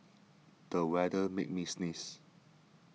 the weather made me sneeze